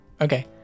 Okay